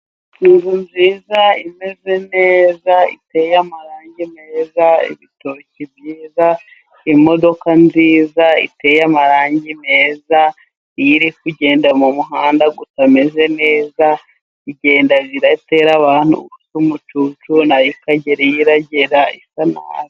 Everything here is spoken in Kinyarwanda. Inzu nziza imeze neza iteye amarangi meza, ibitoki byiza, imodoka nziza iteye amarangi meza iyo irikugenda mu muhanda utameze neza igenda iratera abandi umucucu na yo ikagera iyo iragera isa nabi.